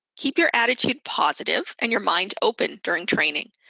keep your attitude positive and your mind open during training.